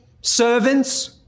servants